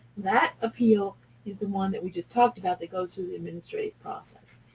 that appeal is the one that we just talked about that goes through the administrative process.